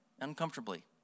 uncomfortably